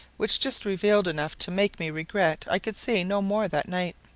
which just revealed enough to make me regret i could see no more that night.